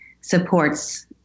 supports